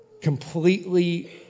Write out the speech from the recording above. completely